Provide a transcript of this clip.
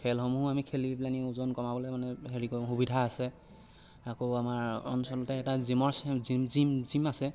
খেলসমূহ আমি খেলি পেলাই নি ওজন কমাবলৈ মানে হেৰি কৰোঁ সুবিধা আছে আকৌ আমাৰ অঞ্চলতে এটা জিমৰ জিম জিম জিম আছে